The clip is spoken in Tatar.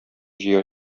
җыя